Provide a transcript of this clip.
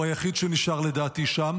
לדעתי הוא היחיד שנשאר שם,